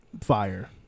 Fire